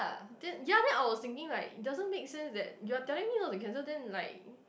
then ya then I was thinking like it doesn't make sense that you are telling me not to cancel then like